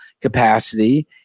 capacity